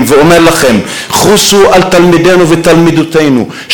ואומר לכם: חוסו על תלמידינו ותלמידותינו,